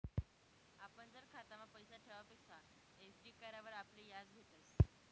आपण जर खातामा पैसा ठेवापक्सा एफ.डी करावर आपले याज भेटस